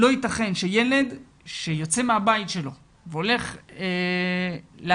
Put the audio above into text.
לא ייתכן שילד שיוצא מביתו והולך להשכלה,